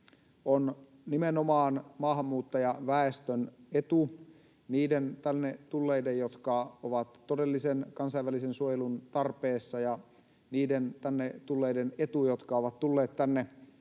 On nimenomaan maahanmuuttajaväestön etu — niiden tänne tulleiden, jotka ovat todellisen kansainvälisen suojelun tarpeessa, ja niiden tänne tulleiden etu, jotka ovat tulleet tänne